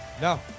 No